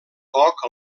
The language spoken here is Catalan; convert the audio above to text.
poc